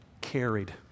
carried